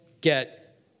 get